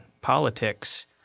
politics